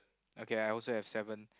okay I also have seven